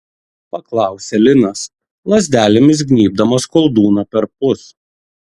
paklausė linas lazdelėmis gnybdamas koldūną perpus